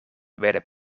werden